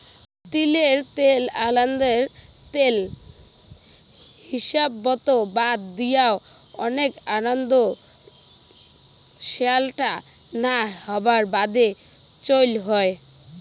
তিলের ত্যাল আন্দার ত্যাল হিসাবত বাদ দিয়াও, ওনেক আন্দাত স্যালটা না হবার বাদে চইল হই